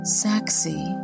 sexy